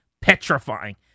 petrifying